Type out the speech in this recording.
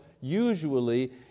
usually